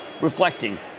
reflecting